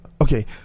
Okay